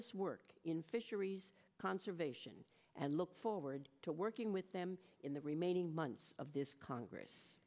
ss work in fisheries conservation and look forward to working with them in the remaining months of this congress